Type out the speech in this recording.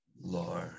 Lord